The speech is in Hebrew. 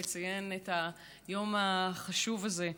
כדי לציין את היום החשוב הזה,